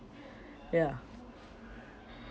ya